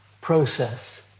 process